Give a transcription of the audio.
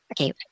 okay